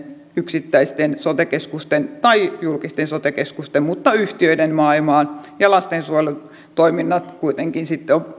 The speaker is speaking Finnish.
yksittäisten sote keskusten tai julkisten sote keskusten mutta yhtiöiden maailmaan ja lastensuojelutoiminnan kuitenkin sitten on